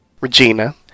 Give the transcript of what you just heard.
Regina